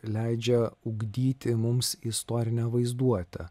leidžia ugdyti mums istorinę vaizduotę